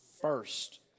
first